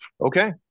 Okay